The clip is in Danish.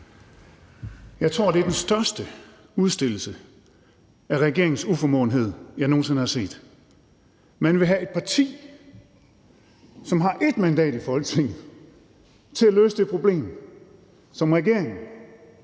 Jeg tror, at det er den største udstilling af regeringens uformåen, jeg nogen sinde har set. Man vil have et parti, som har 1 mandat i Folketinget, til at løse det problem, som regeringen